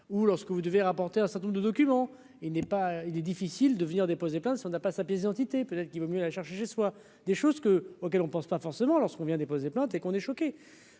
ou lorsque vous devez apporter un certain nombre de documents, il n'est pas, il est difficile de venir déposer plainte si on n'a pas sa pièce d'identité, peut-être qu'il vaut mieux aller chercher chez soi des choses que auxquelles on pense pas forcément lorsqu'on vient déposer plainte et qu'on est choqué